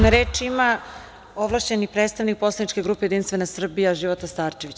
Reč ima ovlašćeni predstavnik poslaničke grupe Jedinstvena Srbija Života Starčević.